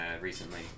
Recently